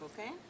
okay